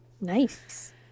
Nice